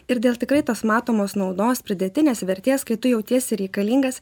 ir dėl tikrai tos matomos naudos pridėtinės vertės kai tu jautiesi reikalingas